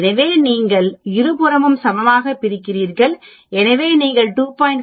எனவே நீங்கள் இருபுறமும் சமமாகப் பிரிக்கிறீர்கள் எனவே நீங்கள் 2